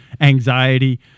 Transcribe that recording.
anxiety